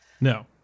No